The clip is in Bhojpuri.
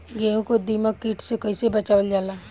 गेहूँ को दिमक किट से कइसे बचावल जाला?